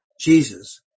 Jesus